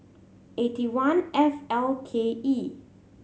eight one F L K E